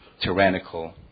tyrannical